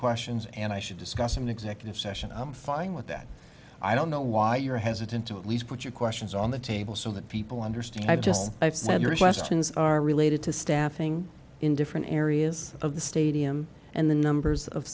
questions and i should discuss an executive session i'm fine with that i don't know why you're hesitant to at least put your questions on the table so that people understand i just i've said your questions are related to staffing in different areas of the stadium and the numbers of